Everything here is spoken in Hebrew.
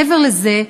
מעבר לזה,